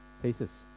places